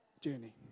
journey